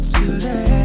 today